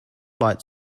light